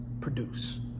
produce